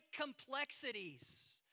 complexities